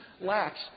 lacks